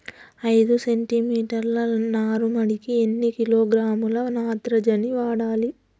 ఐదు సెంటిమీటర్ల నారుమడికి ఎన్ని కిలోగ్రాముల నత్రజని వాడాలి?